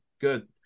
good